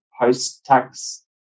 post-tax